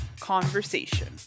conversation